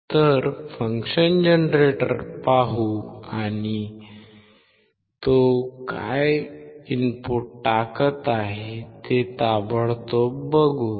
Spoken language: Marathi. तर फंक्शन जनरेटर पाहू आणि तो प्रशिक्षक काय इनपुट टाकत आहे ते ताबडतोब बघू